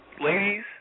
ladies